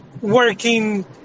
working